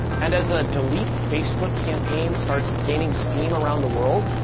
and as a delete facebook campaign starts gaining steam around the world,